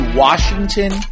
Washington